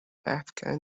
afghan